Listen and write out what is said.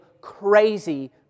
crazy